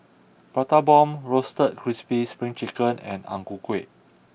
Prata Bomb Roasted Crispy Spring Chicken and Ang Ku Kueh